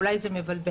אולי זה מבלבל.